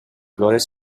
flores